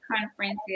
conferences